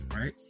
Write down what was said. right